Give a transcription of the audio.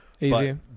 easy